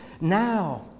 now